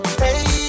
hey